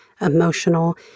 emotional